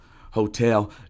hotel